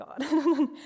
God